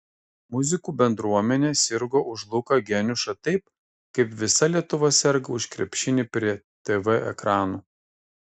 muzikų bendruomenė sirgo už luką geniušą taip kaip visa lietuva serga už krepšinį prie tv ekranų